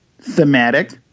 thematic